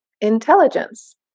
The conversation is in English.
intelligence